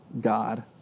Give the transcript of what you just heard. God